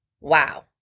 Wow